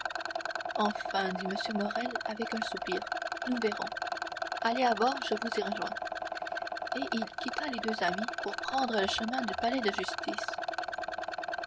enfin dit m morrel avec un soupir nous verrons allez à bord je vous y rejoins et il quitta les deux amis pour prendre le chemin du palais de justice